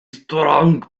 strong